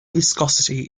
viscosity